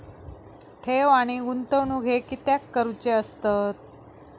ठेव आणि गुंतवणूक हे कित्याक करुचे असतत?